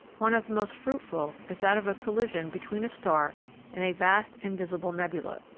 one of the most fruitful is that of a collision between a star and a vast invisible nebula.